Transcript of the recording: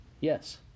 Yes